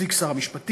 נציג שר המשפטים,